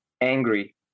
angry